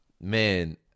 man